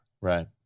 Right